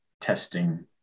testing